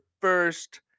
first